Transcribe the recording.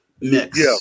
mix